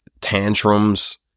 tantrums